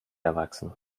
erwachsen